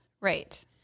Right